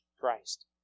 Christ